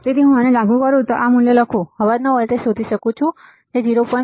તેથી જો હું આને લાગુ કરું તો જો હું આ મૂલ્યો લખું તો હું અવાજનો વોલ્ટેજ શોધી શકું છું જે 0